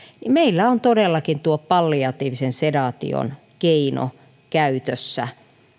niin meillä on todellakin tuo palliatiivisen sedaation keino käytössä